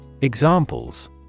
Examples